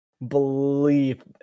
believe